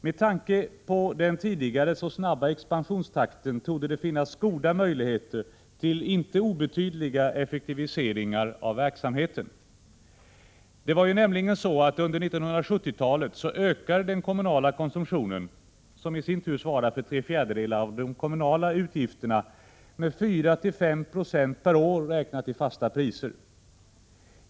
Med tanke på den tidigare så snabba expansionstakten torde det finnas goda möjligheter till inte obetydliga effektiviseringar av verksamheten. Under 1970-talet ökade nämligen den kommunala konsumtionen, som i sin tur svarat för tre fjärdedelar av de kommunala avgifterna, med 4-5 96 per år räknat i fasta priser.